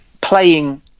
playing